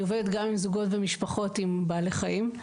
אני עובדת גם עם זוגות ומשפחות עם בעלי חיים.